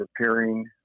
appearing